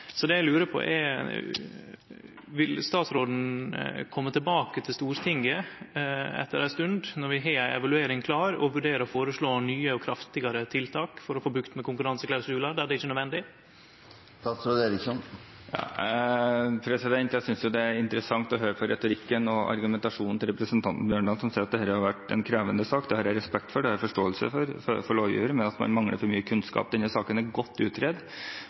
Det eg lurer på, er: Vil statsråden kome tilbake til Stortinget etter ei stund, når vi har ei evaluering klar, og vurdere å foreslå nye og kraftigare tiltak for å få bukt med konkurranseklausular der det ikkje er nødvendig? Jeg synes det er interessant å høre på retorikken og argumentasjonen til representanten Bjørdal, som sier at dette har vært en krevende sak for lovgiver. Det har jeg respekt for, og det har jeg forståelse for. Men at man mangler mye kunnskap? Denne saken er godt